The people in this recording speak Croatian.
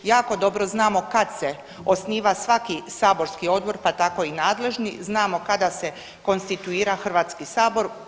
Jako dobro znamo kad se osniva svaki saborski odbor pa tako i nadležni, znamo kada se konstituira Hrvatski sabor.